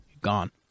gone